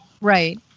Right